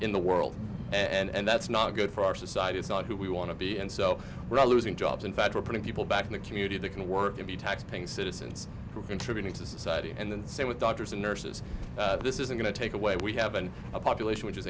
in the world and that's not good for our society it's not who we want to be and so we're losing jobs in fact we're putting people back in the community that can work and be taxpaying citizens contributing to society and then say with doctors and nurses this isn't going to take away we haven't a population which is